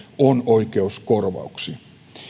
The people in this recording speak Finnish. on oikeus korvauksiin